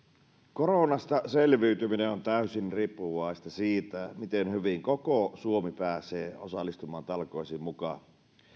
koronasta selviytyminen on täysin riippuvaista siitä miten hyvin koko suomi pääsee osallistumaan talkoisiin mukaan